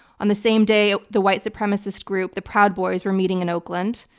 on the same day ah the white supremacist group, the proud boys were meeting in oakland.